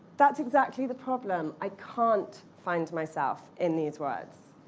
that's exactly the problem. i can't find myself in these words.